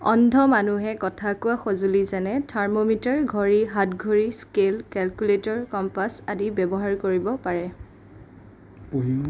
অন্ধ মানুহে কথা কোৱা সঁজুলি যেনে থাৰ্মোমিটাৰ ঘড়ী হাত ঘড়ী স্কেল কেলকুলেটৰ কম্পাছ আদি ব্যৱহাৰ কৰিব পাৰে